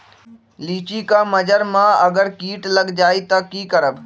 लिचि क मजर म अगर किट लग जाई त की करब?